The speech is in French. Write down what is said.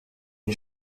une